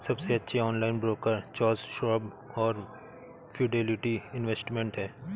सबसे अच्छे online broker Charles Schwab और फिडेलिटी इन्वेस्टमेंट हैं